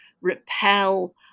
repel